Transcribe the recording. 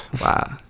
wow